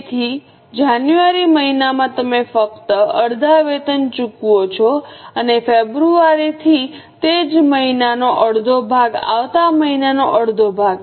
તેથી જાન મહિનામાં તમે ફક્ત અડધા વેતન ચૂકવો છો અને ફેબ્રુઆરીથી તે જ મહિનાનો અડધો ભાગ આવતા મહિનાનો અડધો ભાગ